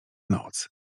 noc